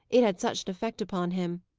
it had such an effect upon him,